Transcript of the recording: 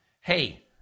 Hey